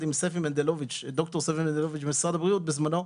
עם ד"ר סבי מנדלוביץ' ממשרד הבריאות בזמנו,